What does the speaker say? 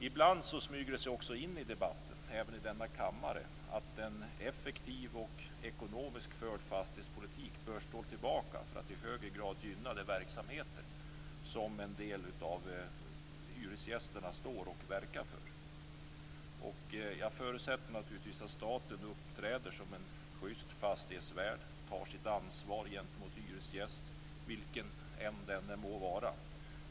Ibland smyger det sig in i debatten, även i denna kammare, att en effektiv och ekonomiskt förd fastighetspolitik bör stå tillbaka för att i högre grad gynna de verksamheter som en del av hyresgästerna verkar för. Jag förutsätter naturligtvis att staten uppträder som en juste fastighetsvärd och tar sitt ansvar gentemot hyresgästen, vilken denne än må vara.